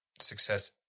success